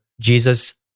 Jesus